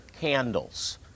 candles